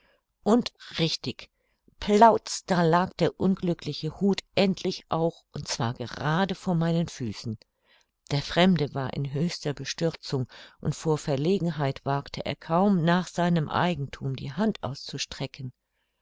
und richtig plautz da lag der unglückliche hut endlich auch und zwar gerade vor meinen füßen der fremde war in höchster bestürzung und vor verlegenheit wagte er kaum nach seinem eigenthum die hand auszustrecken